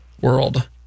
world